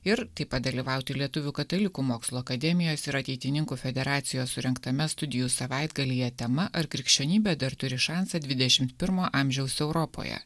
ir taip pat dalyvauti lietuvių katalikų mokslo akademijos ir ateitininkų federacijos surengtame studijų savaitgalyje tema ar krikščionybė dar turi šansą dvidešimt pirmo amžiaus europoje